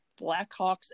Blackhawks